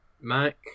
Mac